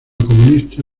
comunista